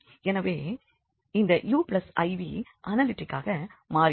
எனவே இந்த uiv அனாலிட்டிக்காக மாறிவிடும்